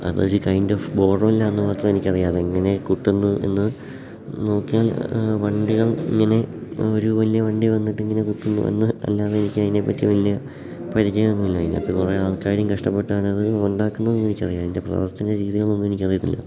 അതൊരു kind of borewell ആണെന്നു മാത്രം എനിക്കറിയാം അതെങ്ങനെ കുത്തുന്നു എന്ന് നോക്കിയാൽ വണ്ടികൾ ഇങ്ങനെ ഒരു വലിയ വണ്ടി വന്നിട്ടിങ്ങനെ കുത്തുന്നു എന്ന് അല്ലാതെ എനിക്കതിനെപ്പറ്റി വലിയ പരിചയം ഒന്നുമില്ല അതിനകത്ത് കുറേ ആൾക്കാരും കഷ്ടപ്പെട്ടാണത് ഉണ്ടാക്കുന്നതെന്ന് എനിക്കറിയാം അതിൻ്റെ പ്രവർത്തന രീതികളൊന്നും എനിക്കറിയത്തില്ല